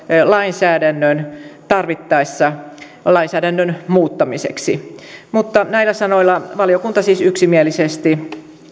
lainsäädännön tarvittaessa lainsäädännön muuttamiseksi mutta näillä sanoilla valiokunta siis yksimielisesti